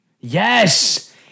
Yes